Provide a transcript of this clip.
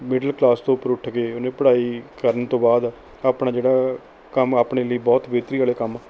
middle class ਤੋਂ ਉੱਪਰ ਉੱਠ ਕੇ ਉਹਨੇ ਪੜ੍ਹਾਈ ਕਰਨ ਤੋਂ ਬਾਅਦ ਆਪਣਾ ਜਿਹੜਾ ਕੰਮ ਆਪਣੇ ਲਈ ਬਹੁਤ ਬੇਹਤਰੀ ਵਾਲੇ ਕੰਮ